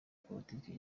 politiki